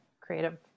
creative